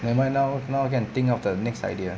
nevermind now now can think of the next idea